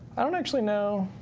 i don't actually know.